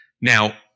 Now